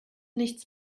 nichts